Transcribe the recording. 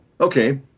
Okay